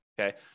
okay